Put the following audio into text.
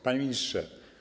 Panie Ministrze!